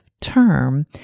term